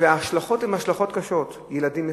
וההשלכות הן השלכות קשות: ילדים מפוחדים,